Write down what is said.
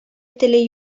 теле